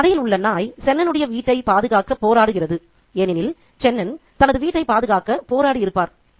இக்கதையில் உள்ள நாய் சென்னனுடைய வீட்டைப் பாதுகாக்க போராடுகிறது ஏனெனில் சென்னன் தனது வீட்டைப் பாதுகாக்க போராடியிருப்பார்